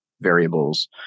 variables